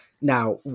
Now